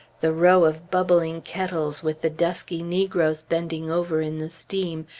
the row of bubbling kettles with the dusky negroes bending over in the steam,